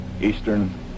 Eastern